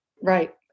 Right